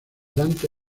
dante